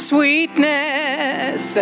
Sweetness